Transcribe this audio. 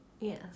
Yes